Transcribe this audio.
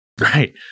Right